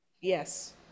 yes